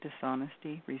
dishonesty